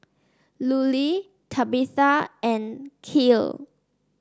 Lulie Tabitha and Kiel